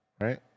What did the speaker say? right